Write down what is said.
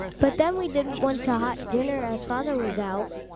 but then we didn't want a hot dinner, as father was out.